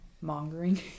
mongering